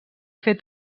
fer